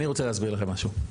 אני רוצה להסביר לכם משהו.